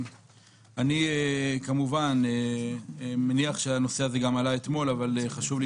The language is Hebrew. אני מניח שהנושא הזה עלה גם אתמול אבל חשוב לי